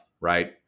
right